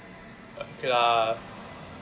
ya